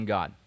God